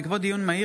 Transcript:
בבקשה.